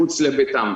מחוץ לביתם.